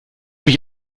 mich